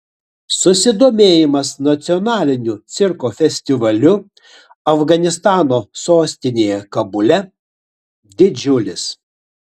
susidomėjimas nacionaliniu cirko festivaliu afganistano sostinėje kabule didžiulis